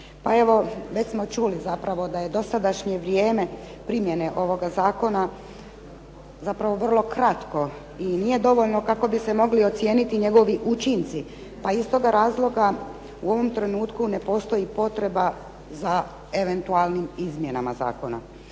već smo čuli zapravo da je dosadašnje vrijeme primjene ovoga zakona, zapravo vrlo kratko i nije dovoljno kako bi se mogli ocijeniti njegovi učinci. Pa iz toga razloga u ovom trenutku ne postoji potreba za eventualnim izmjenama zakona.